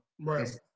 right